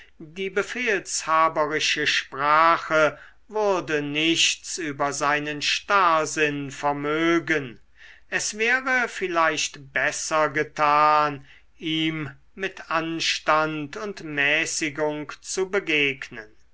die befehlshaberische sprache würde nichts über seinen starrsinn vermögen es wäre vielleicht besser getan ihm mit anstand und mäßigung zu begegnen